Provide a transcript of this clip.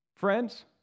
Friends